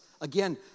Again